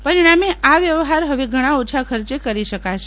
પરીણામે આ વ્યવહાર હવે ઘણા ઓછા ખર્ચે કરી શકાશે